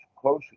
close